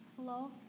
Hello